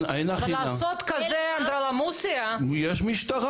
לעשות כזה אנדרלמוסיה --- יש משטרה.